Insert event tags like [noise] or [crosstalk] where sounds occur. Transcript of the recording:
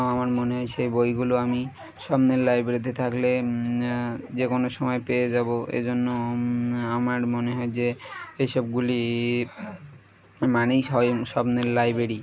আমার মনে হয় সেই বইগুলো আমি স্বপ্নের লাইব্রেরিতে থাকলে যে কোনো সময় পেয়ে যাব এজন্য আমার মনে হয় যে এসবগুলি মানেই [unintelligible] স্বপ্নের লাইব্রেরি